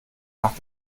nach